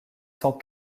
cent